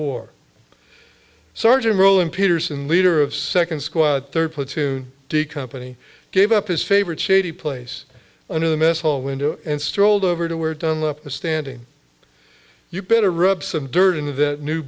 war sergeant role in peterson leader of second squad third platoon d company gave up his favorite shady place under the mess hall window and strolled over to where done up a standing you better rub some dirt in